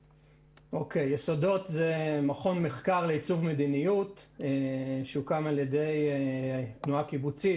"יסודות" הוא מכון מחקר לעיצוב מדיניות שהוקם על-ידי התנועה הקיבוצית,